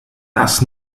das